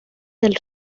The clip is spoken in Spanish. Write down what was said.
del